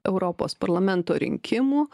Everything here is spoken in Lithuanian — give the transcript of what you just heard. europos parlamento rinkimų